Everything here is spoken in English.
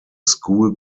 school